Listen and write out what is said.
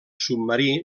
submarí